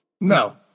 No